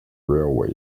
railway